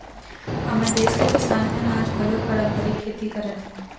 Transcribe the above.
हमर देस के किसान मन ह आज घलोक पारंपरिक खेती करत हे